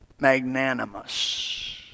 magnanimous